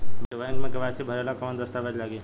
Bank मे KYC भरेला कवन दस्ता वेज लागी?